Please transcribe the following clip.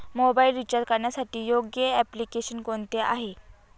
Mobile recharge करण्यासाठी योग्य application कोणते आहे?